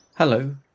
Hello